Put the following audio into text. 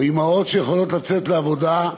או אימהות שיכולות לצאת לעבודה,